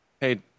Hey